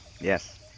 Yes